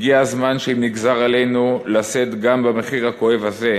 הגיע הזמן שאם נגזר עלינו לשאת גם במחיר הכואב הזה,